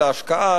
על ההשקעה,